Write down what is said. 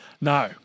No